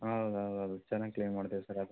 ಹೌದೌದು ಚೆನ್ನಾಗಿ ಕ್ಲೀನ್ ಮಾಡ್ತಿವಿ ಸರ್ ಅದು